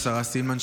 השרה סילמן,